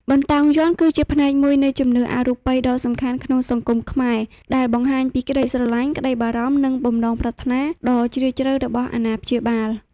បន្តោងយ័ន្ត គឺជាផ្នែកមួយនៃជំនឿអរូបីដ៏សំខាន់ក្នុងសង្គមខ្មែរ ដែលបង្ហាញពីក្ដីស្រឡាញ់ ក្ដីបារម្ភ និងបំណងប្រាថ្នាដ៏ជ្រាលជ្រៅរបស់អាណាព្យាបាល។